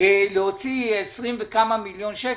להוציא 20 וכמה מיליון שקלים,